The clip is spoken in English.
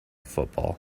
football